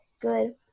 good